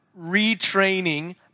retraining